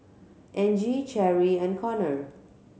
Angie Cherri and Conner